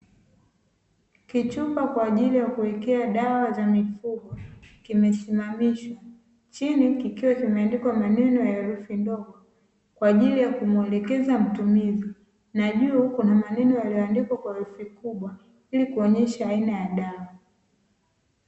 Kichupa kwa ajili ya kuwekea dawa za mifugo kimesimamishwa chini kikiwa kimeandikwa maneno ya herufi ndogo, kwa ajili ya kumwelekeza mtumizi na juu kuna maneno yaliyoandikwa kwa herufi kubwa ili kuonyesha aina ya dawa.